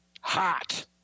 hot